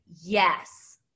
yes